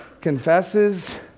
confesses